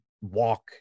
walk